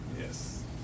Yes